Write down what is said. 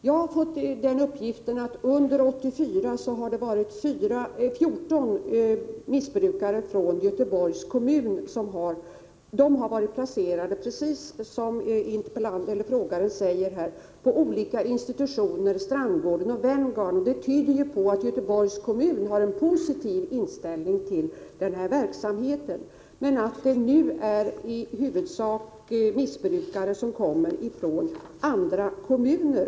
Jag har fått uppgiften att under 1984 har 14 missbrukare från Göteborgs kommun varit placerade, precis som frågaren säger här, på olika institutioner, t.ex. Strandgården och Venngarn. Det tyder ju på att Göteborgs kommun har en positiv inställning till den här verksamheten, men att det nu kommer missbrukare i huvudsak från andra kommuner.